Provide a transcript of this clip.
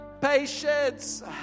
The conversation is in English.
patience